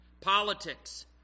politics